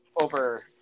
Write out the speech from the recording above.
over